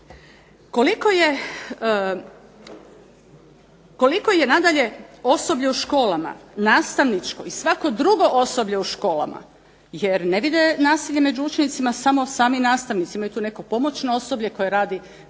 Koliko je, nadalje, osoblje u školama, nastavničko i svako drugo osoblje u školama, jer … /Govornica se ne razumije./… nasilje među učenicima samo sami nastavnici, ima tu neko pomoćno osoblje koje radi u tim